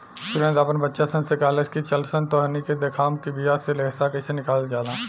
सुरेंद्र आपन बच्चा सन से कहलख की चलऽसन तोहनी के देखाएम कि बिया से रेशा कइसे निकलाल जाला